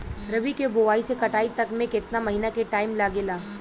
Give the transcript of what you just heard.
रबी के बोआइ से कटाई तक मे केतना महिना के टाइम लागेला?